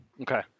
Okay